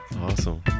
Awesome